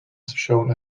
shown